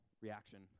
reaction